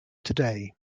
today